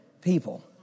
people